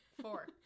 four